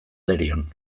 derion